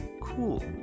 cool